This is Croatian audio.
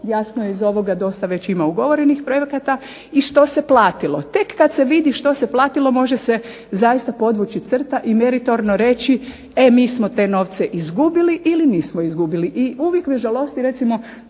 Jasno je iz ovoga dosta već ima ugovorenih projekata i što se platilo. Tek kad se vidi što se platilo može se zaista podvući crta i meritorno reći e mi smo te novce izgubili ili nismo izgubili. I uvijek me žalost recimo